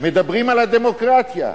מדברים על הדמוקרטיה.